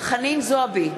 חנין זועבי,